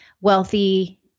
wealthy